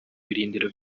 birindiro